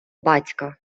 батька